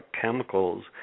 chemicals